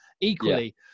Equally